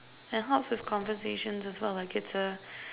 and helps with conversation as well like it's a